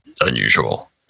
unusual